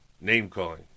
name-calling